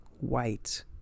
white